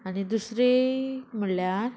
आनी दुसरें म्हणल्यार